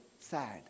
sad